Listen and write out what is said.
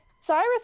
Cyrus